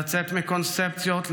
לצאת מקונספציות,